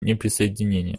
неприсоединения